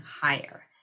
higher